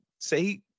say